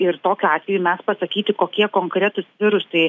ir tokiu atveju mes pasakyti kokie konkretūs virusai